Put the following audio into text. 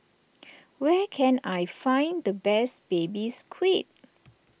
where can I find the best Baby Squid